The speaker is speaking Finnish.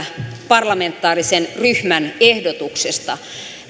parlamentaarisen ryhmän ehdotuksesta